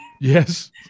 Yes